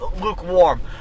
lukewarm